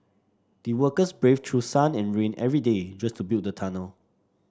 the workers braved through sun and rain every day just to build the tunnel